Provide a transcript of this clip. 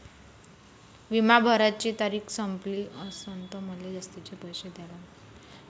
बिमा भराची तारीख भरली असनं त मले जास्तचे पैसे द्या लागन का?